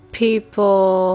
people